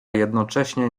jednocześnie